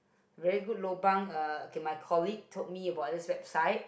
very good lobang uh K my colleague told me about this website